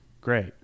great